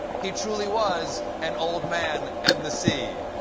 he truly was an old man and the sea.